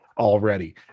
already